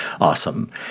awesome